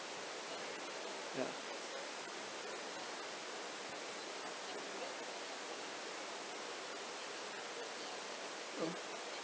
ya